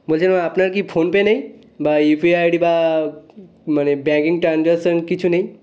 বলছিলাম আপনার কি ফোনপে নেই বা ইউপিআই আইডি বা মানে ব্যাঙ্কিং ট্রানজাকশন কিছু নেই